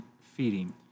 feeding